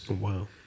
Wow